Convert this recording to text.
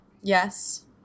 Yes